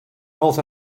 north